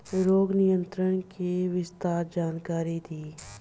रोग नियंत्रण के विस्तार जानकारी दी?